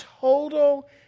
total